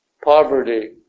Poverty